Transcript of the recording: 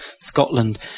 Scotland